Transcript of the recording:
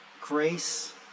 grace